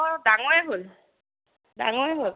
অঁ ডাঙৰে হ'ল ডাঙৰে হ'ল